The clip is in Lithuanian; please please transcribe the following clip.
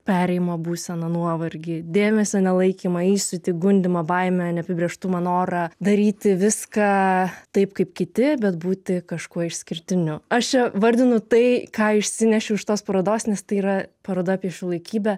perėjimo būseną nuovargį dėmesio nelaikymą įsiūtį gundymo baimę neapibrėžtumą norą daryti viską taip kaip kiti bet būti kažkuo išskirtiniu aš čia vardinu tai ką išsinešiau iš tos parodos nes tai yra paroda apie šiuolaikybę